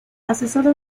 asesora